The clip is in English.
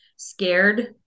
scared